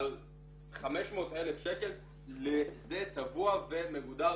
על 500,000 שקל לזה צבוע ומגודר,